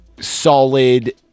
solid